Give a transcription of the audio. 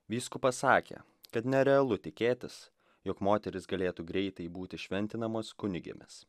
vyskupas sakė kad nerealu tikėtis jog moterys galėtų greitai būti šventinamos kunigėmis